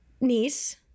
niece